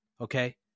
Okay